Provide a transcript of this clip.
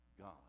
God